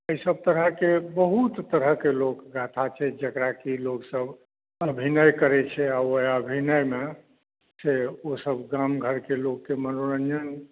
एहि सभ तरहके बहुत तरहके लोकगाथा छै जेकरा की लोकसभ अभिनय करैत छै आ ओ अभिनयमे से ओसभ गाम घरके लोककेँ मनोरञ्जन